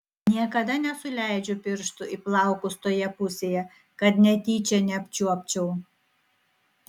niekada nesuleidžiu pirštų į plaukus toje pusėje kad netyčia neapčiuopčiau